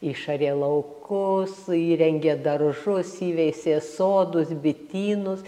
išarė laukus įrengė daržus įveisė sodus bitynus